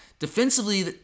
defensively